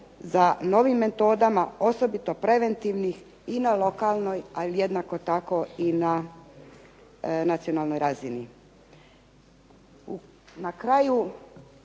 za novim metodama, osobito preventivnih i na lokalnoj, ali jednako tako i na nacionalnoj razini.